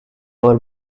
our